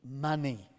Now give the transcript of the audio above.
money